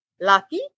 Lucky